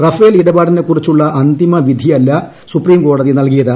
Rafale ഇടപാടിനെകുറിച്ചുള്ള അന്തിമ വിധിയല്ല സുപ്രീംകോടതി നല്കിയത്